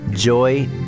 Joy